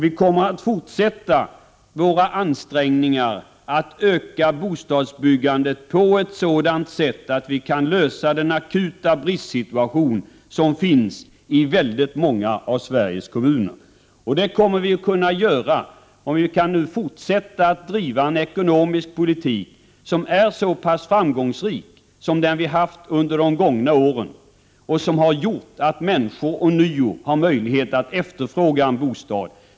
Vi kommer att fortsätta våra ansträngningar att öka bostadsbyggandet på ett sådant sätt att vi kan lösa den akuta bristsituation som finns i många av Sveriges kommuner. Det kommer vi att kunna göra om vi kan fortsätta att driva en ekonomisk politik som är så framgångsrik som den vi haft under de gångna åren. Den har gjort att människor ånyo har möjlighet att efterfråga en bostad.